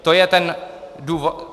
To je ten důvod.